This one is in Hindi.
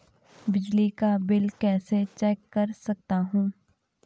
बिजली का बिल कैसे चेक कर सकता हूँ?